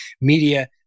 Media